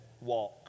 walk